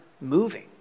moving